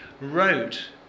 wrote